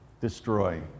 destroy